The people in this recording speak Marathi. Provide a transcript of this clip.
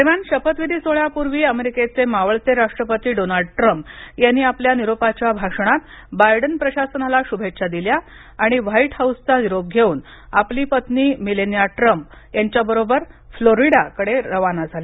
दरम्यान शपथविधी सोहळ्यापूर्वी अमेरिकेचे मावळते राष्ट्रपती डोनाल्ड ट्रम्प यांनी आपल्या निरोपाच्या भाषणात बायडेन प्रशासनाला शुभेच्छा दिल्या आणि व्हाईट हउसचा निरोप घेऊन आपली पत्नी मिलेनिया ट्रम्प यांच्याबरोबर फ्लोरिडाकडे विमानाने रवाना झाले